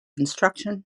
construction